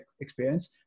experience